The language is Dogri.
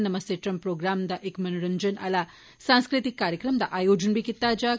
''नमस्ते ट्रंप'' प्रोग्राम च इक मनोरंजन आला सांस्कृतिक कार्यक्रम दा आयोजन बी कीता जाग